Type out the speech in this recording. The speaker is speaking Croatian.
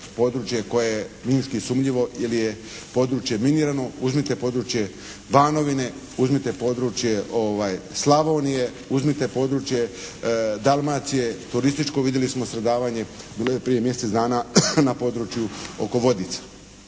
koje je minski sumnjivo jer je područje minirano. Uzmite područje Banovine, uzmite područje Slavonije, uzmite područje Dalmacije, turističko vidjeli smo stradavanje bilo je prije mjesec dana na području oko Vodica.